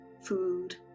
food